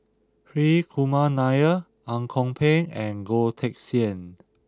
Hri Kumar Nair Ang Kok Peng and Goh Teck Sian